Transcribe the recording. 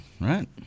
Right